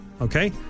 Okay